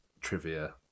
trivia